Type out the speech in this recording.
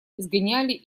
изгоняли